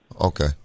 Okay